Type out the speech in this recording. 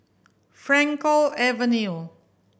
Frankel Avenue